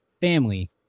family